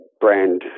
brand